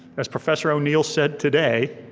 as professor o'neill said today,